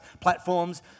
platforms